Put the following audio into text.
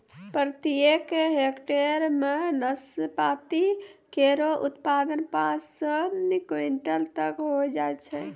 प्रत्येक हेक्टेयर म नाशपाती केरो उत्पादन पांच सौ क्विंटल तक होय जाय छै